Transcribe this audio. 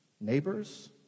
neighbors